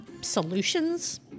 solutions